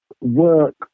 work